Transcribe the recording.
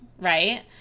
right